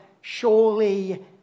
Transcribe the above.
surely